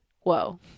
whoa